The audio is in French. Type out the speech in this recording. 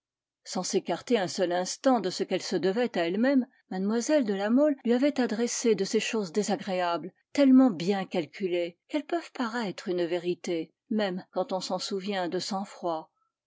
sans s'écarter un seul instant de ce qu'elle se devait à elle-même mlle de la mole lui avait adressé de ces choses désagréables tellement bien calculées qu'elles peuvent paraître une vérité même quand on s'en souvient de sang-froid